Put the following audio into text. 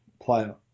player